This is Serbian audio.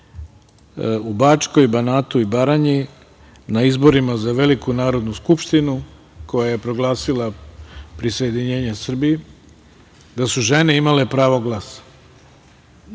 u Bačkoj, Banatu i Baranji na izborima za veliku Narodnu skupštinu koja je proglasila prisajedinjenje Srbiji, da su žene imale pravo